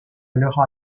leurs